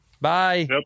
Bye